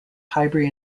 highbury